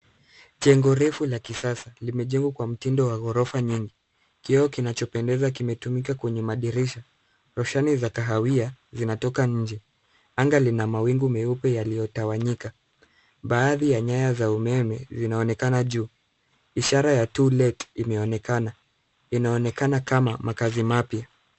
Jengo refu la kisasa limejengwa kwa mtindo wa ghorofa nyingi. Kioo kinachopendeza kimetumika kwenye madirisha. Roshani za kahawia zinatoka nje. Anga lina mawingu meupe yaliyotawanyika. Baadhi ya nyaya za umeme zinaonekana juu. Ishara ya to let inaonekana. Inaonekana kama makaazi mapya.